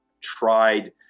tried